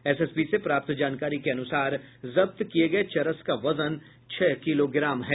SSB से प्राप्त जानकारी के अनुसार जब्त किये गये चरस का वजन छह किलोग्राम है